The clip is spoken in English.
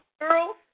Girls